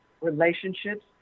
relationships